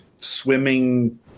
swimming